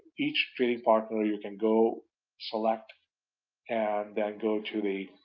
each trading partner, you can go select and then go to the